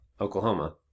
Oklahoma